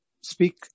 speak